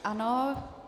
Ano.